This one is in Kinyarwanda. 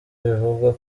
bivugwa